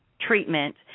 treatment